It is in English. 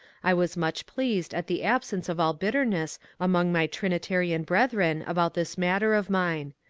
i was much pleased at the absence of all bitterness among my trinitarian brethren about this matter of mine.